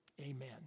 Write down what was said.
Amen